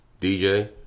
DJ